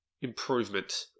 improvement